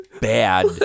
bad